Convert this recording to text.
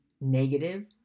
negative